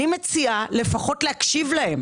אני מציעה לפחות להקשיב להם